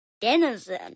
denizen